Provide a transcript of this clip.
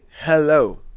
hello